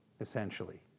essentially